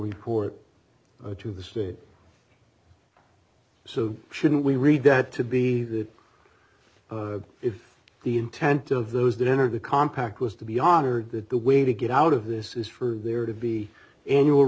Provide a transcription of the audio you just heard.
report to the state so shouldn't we read that to be that if the intent of those that enter the compact was to be honored that the way to get out of this is for there to be annual